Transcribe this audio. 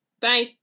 Bye